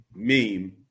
Meme